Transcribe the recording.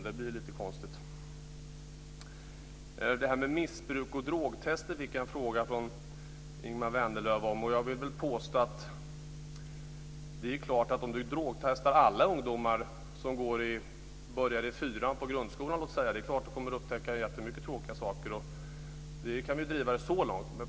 Det blir lite konstigt. Missbruk och drogtester fick jag en fråga om från Ingemar Vänerlöv. Det är klart att om vi drogtestar alla unga som börjar fyran i grundskolan kommer vi att upptäcka jättemycket tråkiga saker. Det kan vi driva så långt.